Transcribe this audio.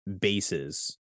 bases